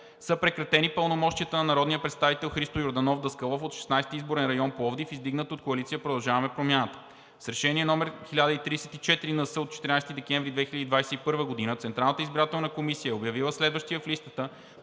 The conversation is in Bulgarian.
са прекратени пълномощията на народния представител Христо Йорданов Даскалов от Шестнадесети изборен район – Пловдив, издигнат от Коалиция „Продължаваме Промяната“. С Решение № 1034-НС от 14.12.2021 г. Централната избирателна комисия е обявила следващия в листата